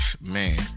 man